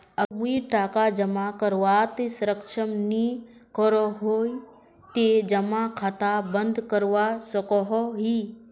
अगर मुई टका जमा करवात सक्षम नी करोही ते जमा खाता बंद करवा सकोहो ही?